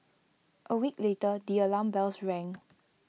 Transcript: A week later the alarm bells rang